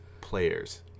players